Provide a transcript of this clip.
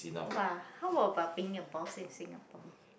!wah! how about being a boss in Singapore